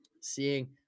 seeing